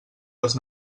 els